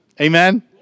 Amen